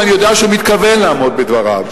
ואני יודע שהוא מתכוון לעמוד בדבריו,